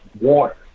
water